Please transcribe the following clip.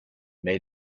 made